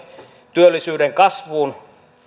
työllisyyden kasvuun